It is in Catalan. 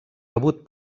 rebut